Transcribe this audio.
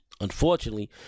Unfortunately